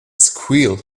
squeal